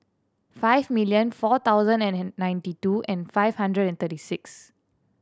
five million four thousand and ninety two and five hundred and thirty six